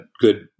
good